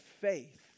faith